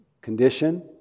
condition